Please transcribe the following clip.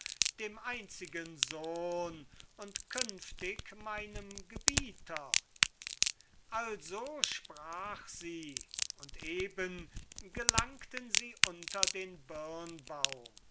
dem einzigen sohn und künftig meinem gebieter also sprach sie und eben gelangten sie unter den